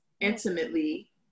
intimately